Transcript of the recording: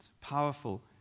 powerful